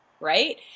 Right